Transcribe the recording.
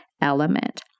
element